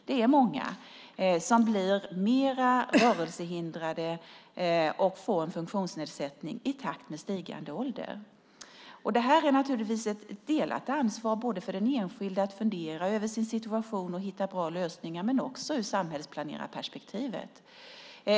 Det är många som blir mer rörelsehindrade och får en funktionsnedsättning i takt med stigande ålder. Det här är naturligtvis ett delat ansvar. Det är ett ansvar för den enskilde att fundera över sin situation och försöka hitta bra lösningar, men det är också ett ansvar ur samhällsplanerarperspektiv.